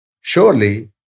Surely